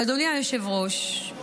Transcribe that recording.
אדוני היושב-ראש,